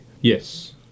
Yes